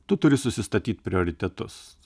tu turi susistatyt prioritetus